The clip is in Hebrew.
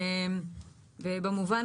אנחנו חושבים